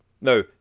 No